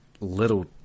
little